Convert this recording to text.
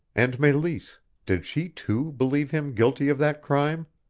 and meleese did she, too, believe him guilty of that crime?